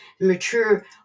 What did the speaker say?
mature